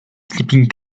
sleeping